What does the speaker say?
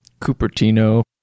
Cupertino